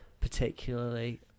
particularly